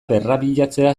berrabiatzea